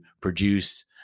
produce